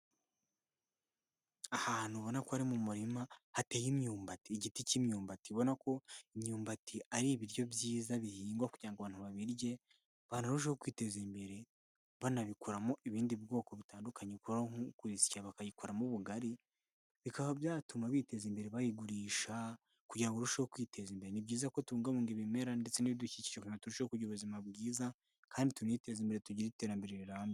Ahantu ubona ko ari mu murima hateye imyumbati igiti cy'imyumbati ubona ko imyumbati ari ibiryo byiza bihingwa kugira ngo abantu babirye barusheho kwiteza imbere banabikoramo ibindi bwoko butandukanye nko kusya bakayikoramo ubugari bikaba byatuma biteza imbere bayigurisha kugira ngo barusheho kwiteza imbere. Ni byiza kubungabunga ibimera ndetse n'ibidukikije turushaho kugira ubuzima bwiza kandi tuniteze imbere tugire iterambere rirabye.